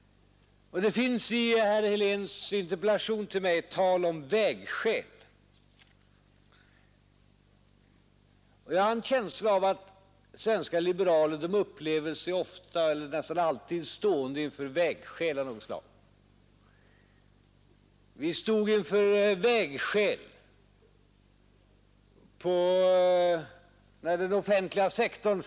Det finns i herr Heléns interpellation till mig tal om vägskäl. Jag har en känsla av att svenska liberaler upplever sig nästan alltid stående inför vägskäl av något slag. Vi har en gång stått inför ett vägskäl när det gäller den offentliga sektorn.